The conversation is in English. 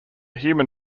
human